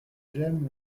j’aime